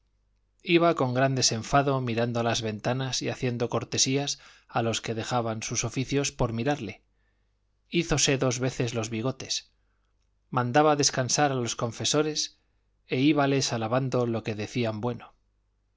iba con gran desenfado mirando a las ventanas y haciendo cortesías a los que dejaban sus oficios por mirarle hízose dos veces los bigotes mandaba descansar a los confesores y íbales alabando lo que decían bueno